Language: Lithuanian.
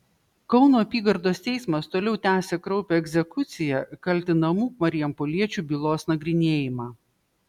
kauno apygardos teismas toliau tęsia kraupią egzekucija kaltinamų marijampoliečių bylos nagrinėjimą